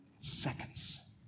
seconds